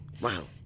Wow